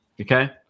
Okay